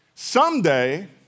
Someday